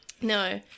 no